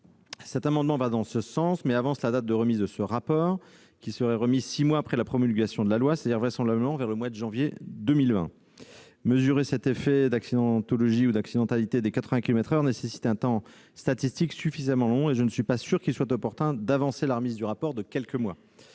Cet amendement va dans ce sens, mais vise à avancer la date du rapport, qui serait remis six mois après la promulgation de la loi, c'est-à-dire vraisemblablement vers le mois de janvier 2020. Mesurer l'effet sur l'accidentalité des 80 kilomètres par heure nécessite un temps statistique suffisamment long ; je ne suis pas sûr qu'il soit opportun d'avancer la remise du rapport de quelques mois.